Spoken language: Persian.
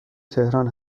تهران